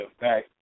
back